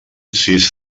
sis